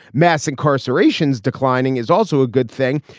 mass incarcerations declining is also a good thing.